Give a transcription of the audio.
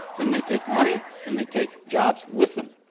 then they take money and they take jobs with them.